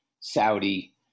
Saudi